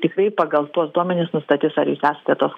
tiksliai pagal tuos duomenis nustatys ar jūs esate tos